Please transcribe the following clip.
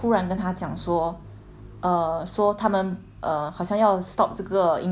err 说他们 err 好像要 stop 这个 intern 的这个 contract 这样子